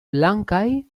blankaj